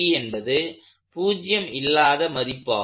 என்பது பூஜ்ஜியம் இல்லாத மதிப்பாகும்